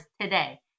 today